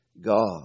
God